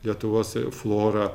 lietuvos florą